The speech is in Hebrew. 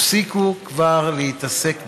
הפסיקו כבר להתעסק בשטויות.